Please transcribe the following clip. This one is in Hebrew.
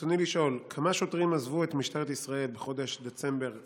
ברצוני לשאול: כמה שוטרים עזבו את משטרת ישראל בחודש דצמבר 2021?